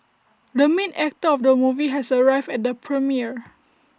the main actor of the movie has arrived at the premiere